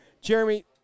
Jeremy